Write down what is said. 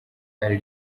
ari